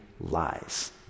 lies